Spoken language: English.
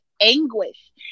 anguish